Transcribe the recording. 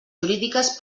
jurídiques